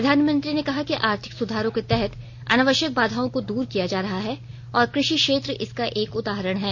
प्रधानमंत्री ने कहा कि आर्थिक सुधारों के तहत अनावश्यक बाधाओं को दूर किया जा रहा है और कृषि क्षेत्र इसका एक उदाहरण है